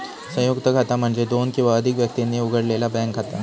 संयुक्त खाता म्हणजे दोन किंवा अधिक व्यक्तींनी उघडलेला बँक खाता